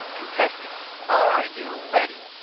contestants, are you ready?